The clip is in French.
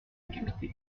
décapité